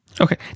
Okay